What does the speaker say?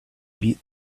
beat